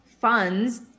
funds